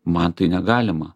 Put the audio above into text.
man tai negalima